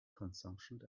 consumption